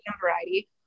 variety